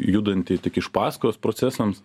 judanti tik iš pasakos procesams